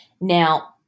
Now